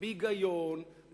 בהיגיון,